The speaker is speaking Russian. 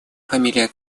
фамилии